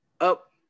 up